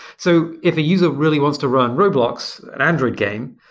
so if a user really wants to run roblox, and android game,